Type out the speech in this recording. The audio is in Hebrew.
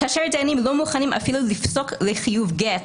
כאשר הדיינים לא מוכנים אפילו לפסוק לחיוב גט,